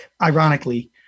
ironically